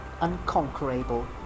Unconquerable